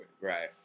Right